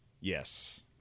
Yes